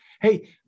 hey